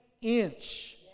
inch